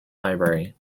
library